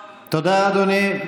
תודה, אדוני.